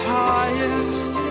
highest